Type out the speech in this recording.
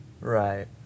right